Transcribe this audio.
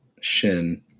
Shin